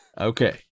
Okay